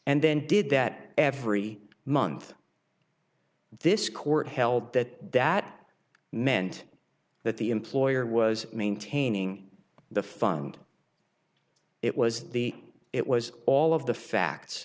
and then did that every month this court held that that meant that the employer was maintaining the fund it was the it was all of